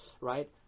right